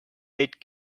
aid